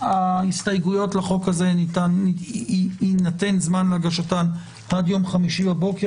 ההסתייגויות לחוק הזה יינתן זמן להגשתן עד יום חמישי בבוקר.